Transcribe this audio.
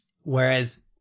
Whereas